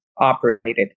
operated